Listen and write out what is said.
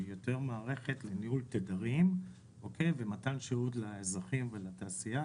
היא יותר מערכת לניהול תדרים ומתן שירות לאזרחים ולתעשייה,